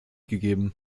gegeben